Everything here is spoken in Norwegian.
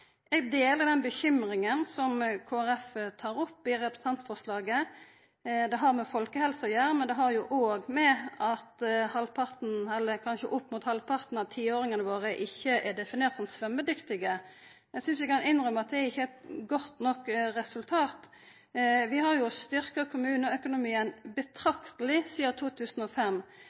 Eg deler den bekymringa som Kristeleg Folkeparti tar opp i representantforslaget. Det har med folkehelse å gjera, men det har òg med å gjera at kanskje opp mot halvparten av tiåringane våre ikkje er definert som svømmedyktige. Eg synest vi kan innrømma at det ikkje er eit godt nok resultat. Vi har styrkt kommuneøkonomien betrakteleg sidan 2005.